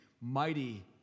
mighty